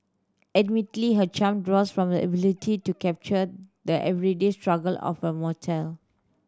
admittedly her charm draws from her ability to capture the everyday struggle of a mortal